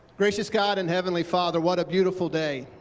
gracious god and heavenly father what a beautiful day.